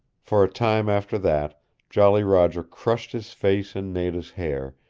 for a time after that jolly roger crushed his face in nada's hair,